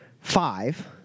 five